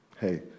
hey